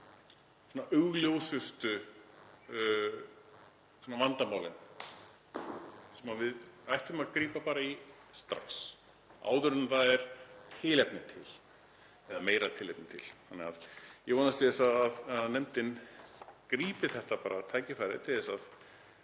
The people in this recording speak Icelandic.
augljósustu vandamálin sem við ættum að grípa strax áður en það er tilefni til eða meira tilefni til. Ég vonast til þess að nefndin grípi þetta tækifæri